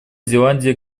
зеландия